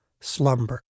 slumber